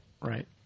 Right